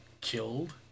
killed